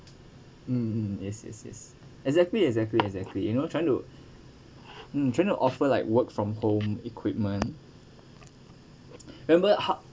mm mm yes yes yes exactly exactly exactly you know trying to mm trying to offer like work from home equipment remember how